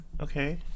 Okay